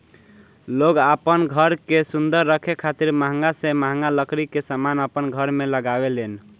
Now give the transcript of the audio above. लोग आपन घर के सुंदर रखे खातिर महंगा से महंगा लकड़ी के समान अपन घर में लगावे लेन